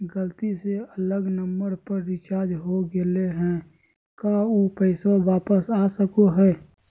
गलती से अलग नंबर पर रिचार्ज हो गेलै है का ऊ पैसा वापस आ सको है?